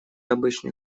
обычный